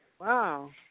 Wow